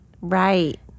Right